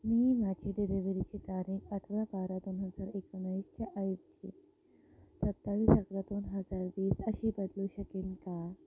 मी माझी डिलेवरीची तारीख अठरा बारा दोन हजार एकोणवीसच्या ऐवजी सत्तावीस अकरा दोन हजार वीस अशी बदलू शकेन का